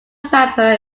vapor